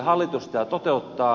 hallitus sitä toteuttaa